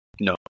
No